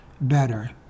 better